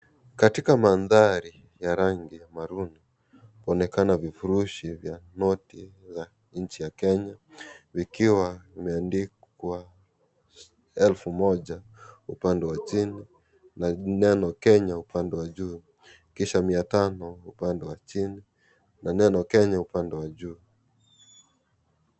Katika mandhari ya rangi ya maruni, kunaonekana vifurushi vya noti vya nchi ya Kenya vikiwa vimeandikwa elfu moja upande wa chini na neno Kenya upande wa juu kisha mia tano upande wa chini na neno Kenya upande wa juu.